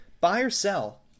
buy-or-sell